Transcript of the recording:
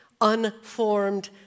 unformed